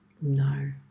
No